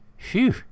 Phew